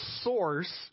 source